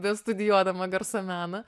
bestudijuodama garso meną